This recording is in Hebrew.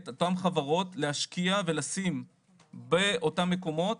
אותן החברות להשקיע ולשים באותם המקומות.